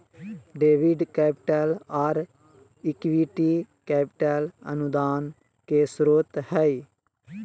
debit capital, आर equity capital अनुदान के स्रोत हय